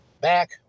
back